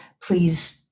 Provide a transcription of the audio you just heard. Please